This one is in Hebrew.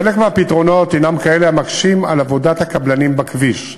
חלק מהפתרונות הם כאלה המקשים על עבודת הקבלנים בכביש,